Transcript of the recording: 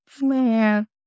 Man